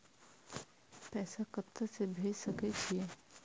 पैसा कते से भेज सके छिए?